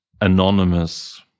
anonymous